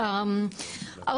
כמו כן,